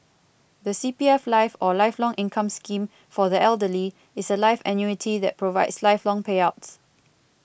the C P F life or Lifelong Income Scheme for the Elderly is a life annuity that provides lifelong payouts